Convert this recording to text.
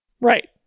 Right